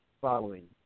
following